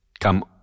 come